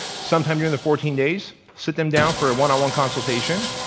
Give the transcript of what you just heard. some time near the fourteen days, sit them down for a one-on-one consultation,